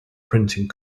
printing